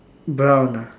brown ah